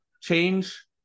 change